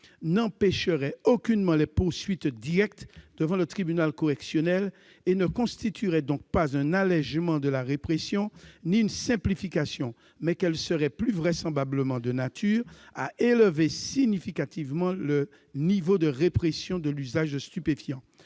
n'empêcherait aucunement les poursuites directes devant le tribunal correctionnel et ne constituerait donc pas un allégement de la répression ni une simplification : elle serait plus vraisemblablement de nature à « élever significativement le niveau de répression de l'usage de stupéfiants